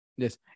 Yes